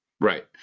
right